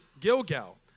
Gilgal